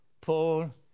Paul